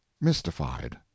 mystified